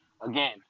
Again